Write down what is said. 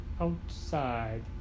outside